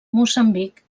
moçambic